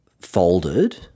folded